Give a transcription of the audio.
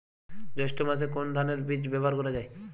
জৈষ্ঠ্য মাসে কোন ধানের বীজ ব্যবহার করা যায়?